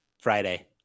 Friday